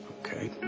Okay